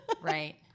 Right